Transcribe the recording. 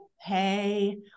hey